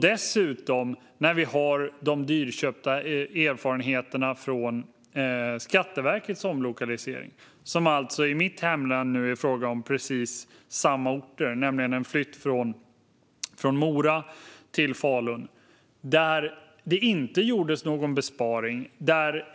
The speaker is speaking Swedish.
Dessutom har vi de dyrköpta erfarenheterna från Skatteverkets omlokalisering. I mitt hemlän var det fråga om precis samma orter - det skedde en flytt från Mora till Falun. Där gjordes det inte någon besparing.